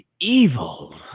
evil